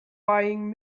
buying